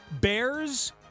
Bears